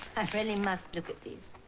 really must look at these.